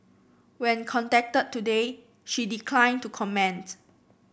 when contacted today she declined to comment